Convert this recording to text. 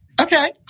Okay